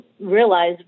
realize